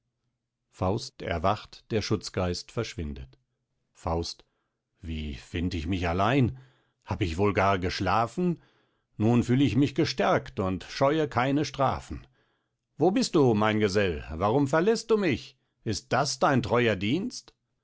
faust erwacht der schutzgeist verschwindet faust wie find ich mich allein hab ich wohl gar geschlafen nun fühl ich mich gestärkt und scheue keine strafen wo bist du mein gesell warum verläßt du mich ist das dein treuer dienst